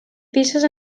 pisos